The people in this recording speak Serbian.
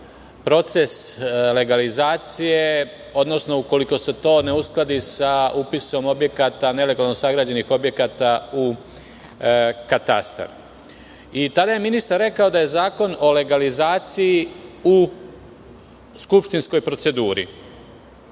proces legalizacije, odnosno ukoliko se to ne uskladi sa upisom nelegalno sagrađenih objekata u katastar. Tada je ministar rekao da je zakon o legalizaciji u skupštinskoj proceduri